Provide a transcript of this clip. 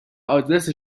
آدرس